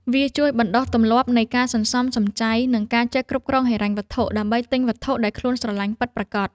វាជួយបណ្ដុះទម្លាប់នៃការសន្សំសំចៃ និងការចេះគ្រប់គ្រងហិរញ្ញវត្ថុ ដើម្បីទិញវត្ថុដែលខ្លួនស្រឡាញ់ពិតប្រាកដ។